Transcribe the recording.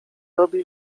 robi